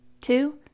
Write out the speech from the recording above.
Two